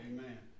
Amen